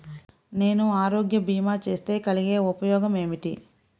నేను ఆరోగ్య భీమా చేస్తే కలిగే ఉపయోగమేమిటీ?